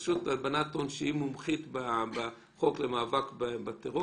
המידע שהרשות אוספת הוא לצרכים מודיעיניים.